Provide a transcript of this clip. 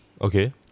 okay